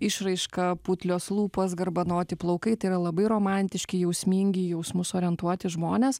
išraiška putlios lūpos garbanoti plaukai tai yra labai romantiški jausmingi jausmus orientuoti žmones